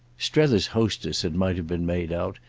strether's hostess, it might have been made out,